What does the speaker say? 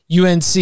UNC